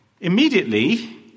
Immediately